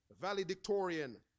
valedictorian